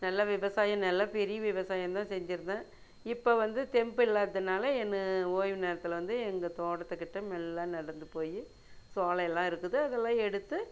நல்ல விவசாயம் நல்ல பெரிய விவசாயந்தான் செஞ்சுருந்தேன் இப்போ வந்து தெம்பு இல்லாததுனால் என் ஒய்வு நேரத்தில் வந்து எங்கள் தோட்டத்துக்கிட்டே மெல்ல நடந்து போய் சோலையெல்லாம் இருக்குது அதெல்லாம் எடுத்து